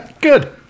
good